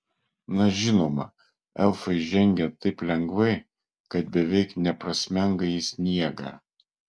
na žinoma elfai žengia taip lengvai kad beveik neprasmenga į sniegą